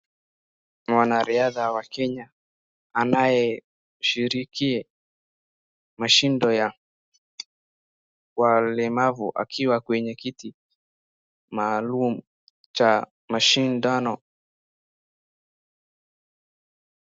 Mwanariadha wa Kenya anayeshiriki mashindo ya walemavu akiwa kwenye kiti maalum cha mashindano.